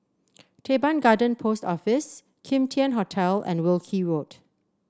Teban Garden Post Office Kim Tian Hotel and Wilkie Road